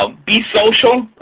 ah be social.